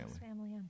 Family